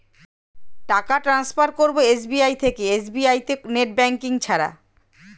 টাকা টান্সফার করব এস.বি.আই থেকে এস.বি.আই তে নেট ব্যাঙ্কিং ছাড়া?